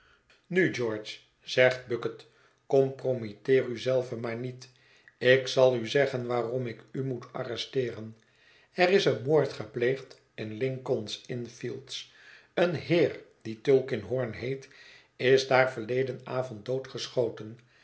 nu george zegt bucket compromitteer u zelven maar niet ik zal u zeggen waarom ik u moet arresteeren pi is een moord gepleegd in lincoln's inn fields een heer die tulkinghorn heet is daar verleden avond doodgeschoten